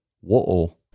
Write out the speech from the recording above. Whoa